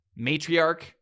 Matriarch